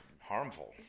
harmful